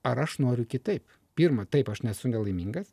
ar aš noriu kitaip pirma taip aš nesu nelaimingas